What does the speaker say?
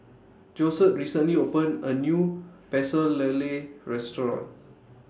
Josette recently opened A New Pecel Lele Restaurant